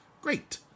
great